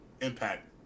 impact